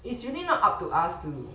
it's really not up to us to